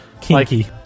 kinky